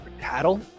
Cattle